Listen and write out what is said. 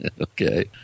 Okay